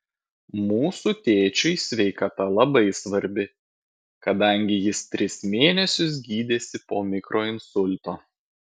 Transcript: mūsų tėčiui sveikata labai svarbi kadangi jis tris mėnesius gydėsi po mikroinsulto